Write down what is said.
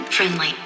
Friendly